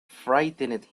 frightened